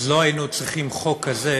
לא היינו צריכים חוק כזה